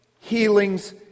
healings